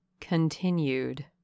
continued